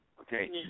Okay